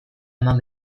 eman